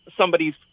somebody's